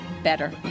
better